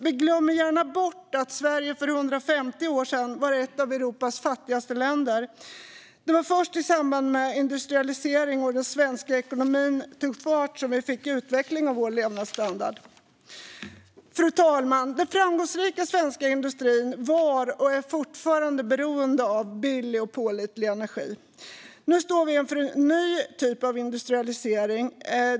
Vi glömmer gärna bort att Sverige för 150 år sedan var ett av Europas fattigaste länder. Det var först i samband med industrialiseringen som den svenska ekonomin tog fart och vår levnadsstandard utvecklades. Fru talman! Den framgångsrika svenska industrin var och är fortfarande beroende av billig och pålitlig energi. Nu står vi inför en ny typ av industrialisering.